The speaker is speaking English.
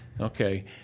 Okay